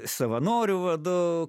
savanorių vadu